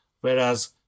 Whereas